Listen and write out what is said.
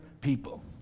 people